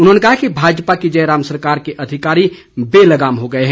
उन्होंने कहा कि भाजपा की जयराम सरकार के अधिकारी बेलगाम हो गए हैं